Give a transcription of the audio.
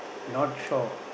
not shore